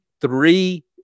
three